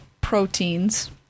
proteins